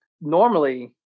normally